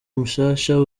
mushasha